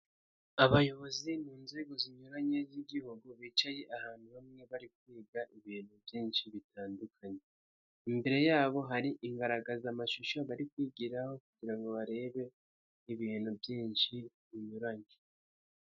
Abayobozi mu nzego zinyuranye z'igihugu bicaye ahantu bamwe bari kwiga ibintu byinshi bitandukanye, imbere yabo hari ingaragaza amashusho bari kwigiraho kugira ngo barebe ibintu byinshi binyuranye.